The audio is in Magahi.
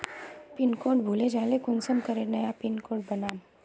पिन कोड भूले जाले कुंसम करे नया पिन कोड बनाम?